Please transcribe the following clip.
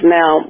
now